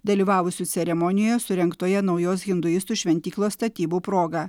dalyvavusių ceremonijoje surengtoje naujos hinduistų šventyklos statybų proga